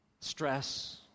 Stress